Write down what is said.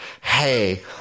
Hey